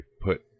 put